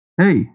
Hey